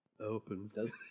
opens